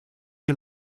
you